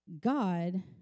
God